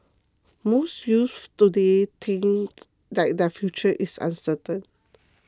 most youths today think that their future is uncertain